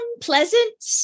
pleasant